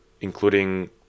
including